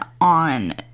on